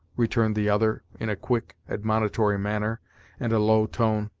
returned the other in a quick, admonitory manner and a low tone.